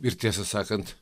ir tiesą sakant